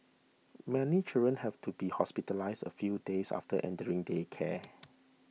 many children have to be hospitalised a few days after entering daycare